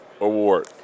award